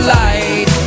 light